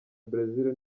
brazil